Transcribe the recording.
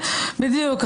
בדיוק,